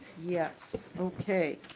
yes okay.